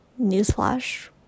newsflash